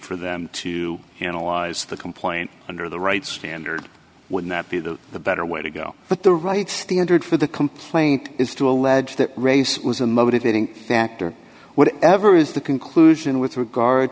for them to analyze the complaint under the right standard would not be the the better way to go but the right standard for the complaint is to allege that race was a motivating factor whatever is the conclusion with regard